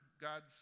God's